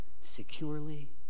Securely